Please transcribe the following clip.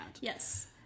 yes